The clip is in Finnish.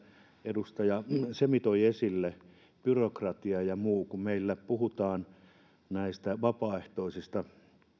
edustaja semi toi esille byrokratian ja muun meillä puhutaan näistä vapaaehtoisista